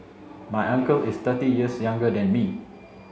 my uncle is thirty years younger than me